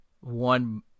one